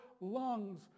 lungs